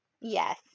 Yes